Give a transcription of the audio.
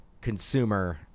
consumer